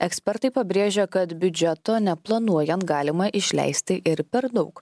ekspertai pabrėžia kad biudžeto neplanuojant galima išleisti ir per daug